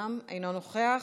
גם הוא אינו נוכח,